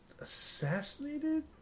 assassinated